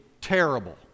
terrible